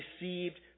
received